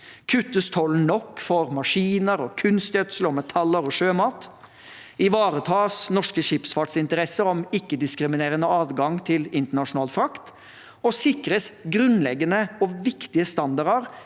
Kuttes tollen nok for maskiner, kunstgjødsel, metaller og sjømat? Ivaretas norske skipsfartsinteresser om ikkediskriminerende adgang til internasjonal frakt? Og sikres grunnleggende og viktige standarder,